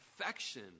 affection